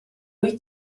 wyt